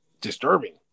disturbing